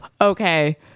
okay